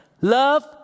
Love